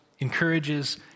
encourages